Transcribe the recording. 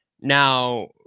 Now